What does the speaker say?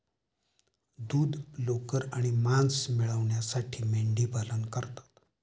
दूध, लोकर आणि मांस मिळविण्यासाठी मेंढीपालन करतात